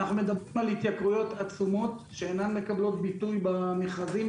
אנחנו מדברים על התייקרויות עצומות שאינן מקבלות ביטוי במכרזים,